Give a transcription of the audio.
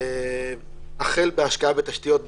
החל בהשקעה בתשתיות,